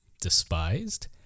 despised